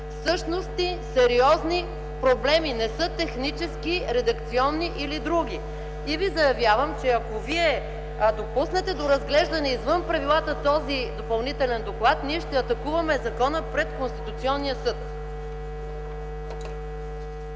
същностни сериозни проблеми – не са технически, редакционни или други. И ви заявявам, че ако вие допуснете до разглеждане извън правилата този допълнителен доклад, ние ще атакуваме закона пред Конституционния съд.